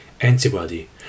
antibody